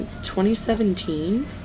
2017